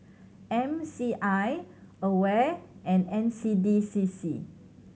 M C I AWARE and N C D C C